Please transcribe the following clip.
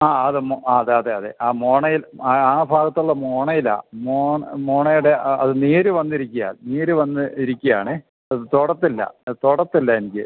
ആ അതെ അതെ അതെ ആ മോണയിൽ ആ ആ ഭാഗത്തുള്ള മോണയിലാ മോണയുടെ ആ അത് നീര് വന്നിരിക്കുകയാ നീര് വന്ന് ഇരിക്കുകയാണേ അത് തൊടത്തില്ല അത് തൊടത്തില്ല എനിക്ക്